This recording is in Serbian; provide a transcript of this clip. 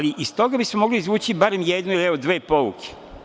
Iz toga bismo mogli izvući barem jednu ili dve pouke.